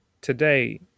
Today